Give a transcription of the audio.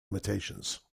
limitations